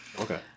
okay